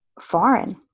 foreign